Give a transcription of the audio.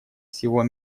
всего